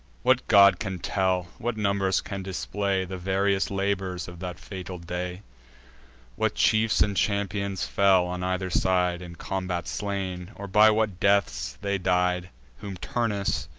what god can tell, what numbers can display, the various labors of that fatal day what chiefs and champions fell on either side, in combat slain, or by what deaths they died whom turnus,